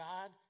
God